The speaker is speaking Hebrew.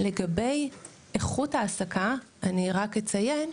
לגבי איכות העסקה, אני רק אציין,